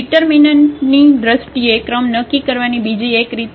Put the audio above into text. ડિટર્મિનન્ટની દ્રષ્ટિએ ક્રમ નક્કી કરવાની બીજી એક રીત પણ છે